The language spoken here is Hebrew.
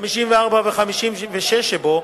54 ו-56 שבו,